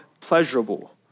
pleasurable